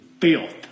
filth